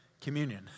communion